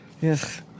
yes